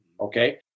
Okay